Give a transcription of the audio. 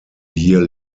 year